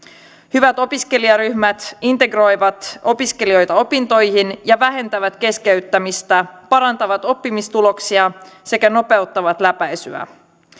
hyvät opiskelijaryhmät integroivat opiskelijoita opintoihin ja vähentävät keskeyttämistä parantavat oppimistuloksia sekä nopeuttavat läpäisyä